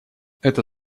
это